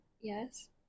yes